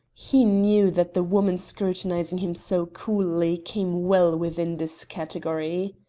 he knew that the woman scrutinizing him so coolly came well within this category.